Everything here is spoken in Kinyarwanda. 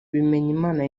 bimenyimana